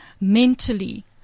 mentally